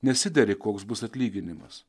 nesideri koks bus atlyginimas